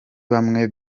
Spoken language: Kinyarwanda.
bamwe